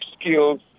skills